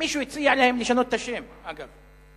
מישהו הציע להם לשנות את השם, אגב.